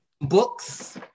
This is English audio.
books